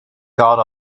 got